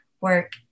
work